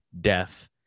death